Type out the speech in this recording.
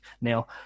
Now